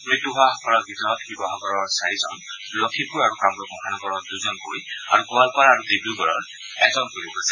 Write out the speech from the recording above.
মৃত্যু হোৱাসকলৰ ভিতৰত শিৱসাগৰৰ চাৰিজন লখিমপুৰ আৰু কামৰূপ মহানগৰৰ দুজনকৈ গোৱালপাৰা আৰু ডিব্ৰগড়ৰ এজনকৈ লোক আছে